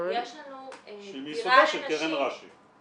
ויש לנו -- שהיא מיסודה של קרן רשי.